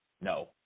No